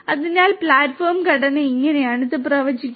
അതിനാൽ പ്ലാറ്റ്ഫോം ഘടന ഇങ്ങനെയാണ് ഇത് പ്രവചിക്കുന്നത്